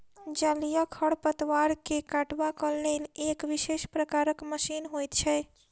जलीय खढ़पतवार के काटबाक लेल एक विशेष प्रकारक मशीन होइत छै